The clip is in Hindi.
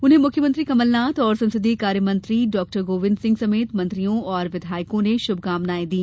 उन्हें मुख्यमंत्री कमलनाथ और संसदीय कार्य मंत्री डॉ गोविंद सिंह समेत मंत्रियों और विधायकों ने शुभकामनाएं दी